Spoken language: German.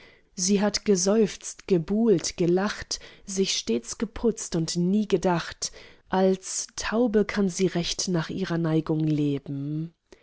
sie hat geseufzt gebuhlt gelacht sich stets geputzt und nie gedacht als taube kann sie recht nach ihrer neigung leben